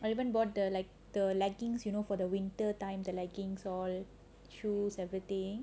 I even bought the like the leggings you know for the winter time the leggings all the shoes everything